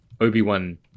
obi-wan